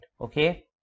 okay